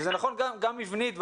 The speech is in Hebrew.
וגם מבחינה מבנית,